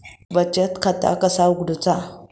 बचत खाता कसा उघडूचा?